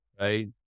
right